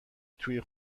توی